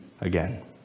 again